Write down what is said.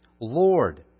Lord